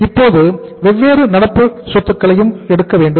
இப்போது வெவ்வேறு நடப்பு சொத்துக்களையும் எடுக்க வேண்டும்